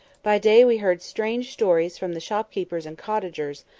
by day we heard strange stories from the shopkeepers and cottagers,